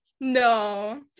no